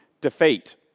defeat